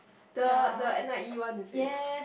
the the N_I_E one is it